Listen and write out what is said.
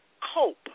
cope